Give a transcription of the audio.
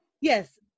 yes